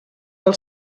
del